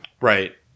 Right